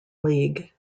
league